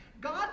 God